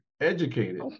educated